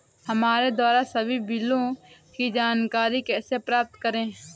हमारे द्वारा सभी बिलों की जानकारी कैसे प्राप्त करें?